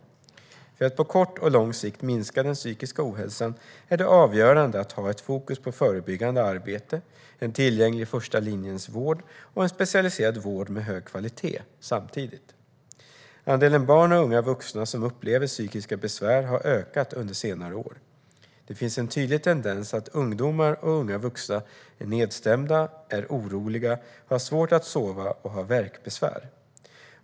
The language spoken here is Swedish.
För att på kort och lång sikt minska den psykiska ohälsan är det avgörande att ha fokus på förebyggande arbete, en tillgänglig första linjens vård och en specialiserad vård med hög kvalitet - samtidigt. Andelen barn och unga vuxna som upplever psykiska besvär har ökat under senare år. Det finns en tydlig tendens att ungdomar och unga vuxna är nedstämda, är oroliga, har svårt att sova och har värkbesvär.